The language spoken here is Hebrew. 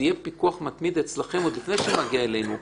יהיה בפיקוח מתמיד אצלכם עוד לפני שזה מגיע אלינו.